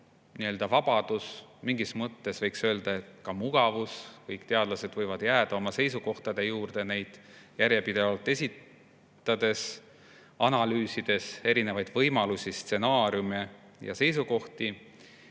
nii-öelda vabadus, mingis mõttes võiks öelda, et ka mugavus, et nad võivad jääda oma seisukohtade juurde, neid järjepidevalt esitades, analüüsides erinevaid võimalusi, stsenaariume ja seisukohti,